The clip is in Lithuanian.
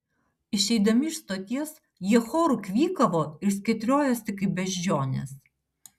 išeidami iš stoties jie choru kvykavo ir skėtriojusi kaip beždžionės